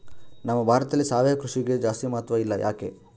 ನಮ್ಮ ಭಾರತದಲ್ಲಿ ಸಾವಯವ ಕೃಷಿಗೆ ಜಾಸ್ತಿ ಮಹತ್ವ ಇಲ್ಲ ಯಾಕೆ?